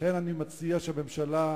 לכן אני מציע שהממשלה,